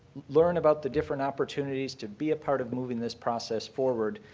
learn about the different opportunities to be a part of moving this process forward.